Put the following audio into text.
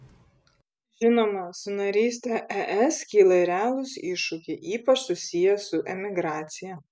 žinoma su naryste es kyla ir realūs iššūkiai ypač susiję su emigracija